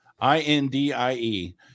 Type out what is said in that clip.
I-N-D-I-E